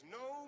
no